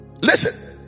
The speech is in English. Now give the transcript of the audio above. listen